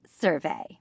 survey